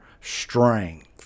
strength